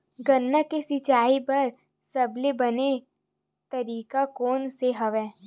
गन्ना के सिंचाई बर सबले बने तरीका कोन से हवय?